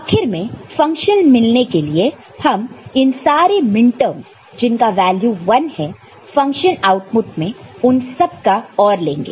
आखिर में फंक्शन मिलने के लिए हम इन सारे मिनटर्मस जिनका वैल्यू 1 है फंक्शन आउटपुट में उन सबका OR लेंगे